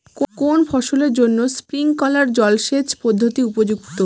কোন ফসলের জন্য স্প্রিংকলার জলসেচ পদ্ধতি উপযুক্ত?